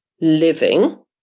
living